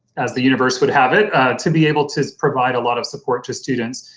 as the universe would have it, to be able to provide a lot of support to students.